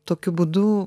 tokiu būdu